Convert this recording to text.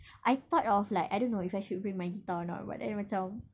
I thought of like I don't know if I should bring my guitar or not but then macam